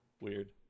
Weird